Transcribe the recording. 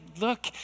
look